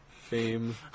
fame